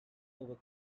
over